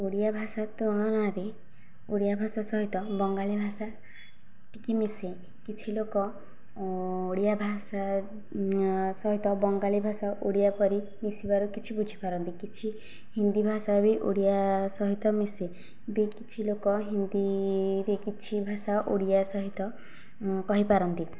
ଓଡ଼ିଆ ଭାଷା ତୁଳନାରେ ଓଡ଼ିଆ ଭାଷା ସହିତ ବଙ୍ଗାଳି ଭାଷା ଟିକେ ମିଶେ କିଛି ଲୋକ ଓଡ଼ିଆ ଭାଷା ସହିତ ବଙ୍ଗାଳି ଭାଷା ଓଡ଼ିଆ ପରି ମିଶିବାରୁ କିଛି ବୁଝି ପାରନ୍ତି କିଛି ହିନ୍ଦୀ ଭାଷା ବି ଓଡ଼ିଆ ସହିତ ମିଶେ ବି କିଛି ଲୋକ ହିନ୍ଦୀ ରେ କିଛି ଭାଷା ଓଡ଼ିଆ ସହିତ କହିପାରନ୍ତି